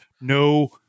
No